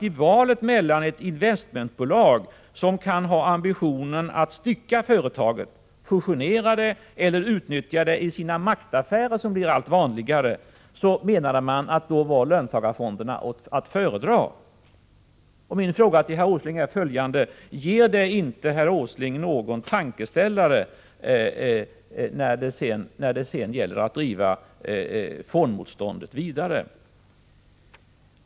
I valet mellan ett investmentbolag som har ambitionen att stycka företagen, fusionera dem eller utnyttja dem i sina maktaffärer, något som blir allt vanligare, menade man att löntagarfonderna var att föredra. Min fråga till herr Åsling är följande: Ger inte detta herr Åsling en tankeställare när det gäller att driva fondmotståndet vidare?